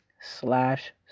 slash